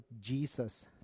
Jesus